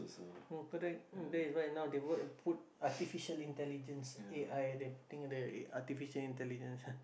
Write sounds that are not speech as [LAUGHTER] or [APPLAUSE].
mm correct mm that is why now they wanna put artificial intelligence A_I they putting the artificial intelligence [BREATH]